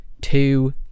two